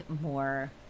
more